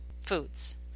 foods